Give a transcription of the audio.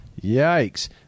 Yikes